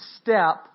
step